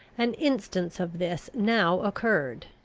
an instance of this now occurred.